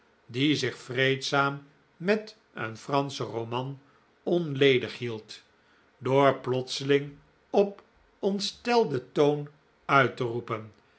die zich vreedzaam met een franschen roman onledig hield door plotseling op ontstelden toon uit te roepen